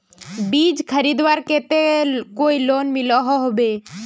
बीज खरीदवार केते कोई लोन मिलोहो होबे?